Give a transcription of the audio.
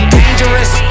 dangerous